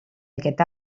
aquest